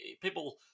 people